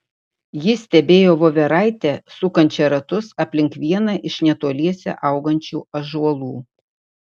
ji stebėjo voveraitę sukančią ratus aplink vieną iš netoliese augančių ąžuolų